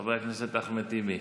חבר הכנסת אחמד טיבי,